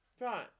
Right